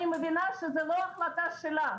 אני מבינה זו לא החלטה שלה.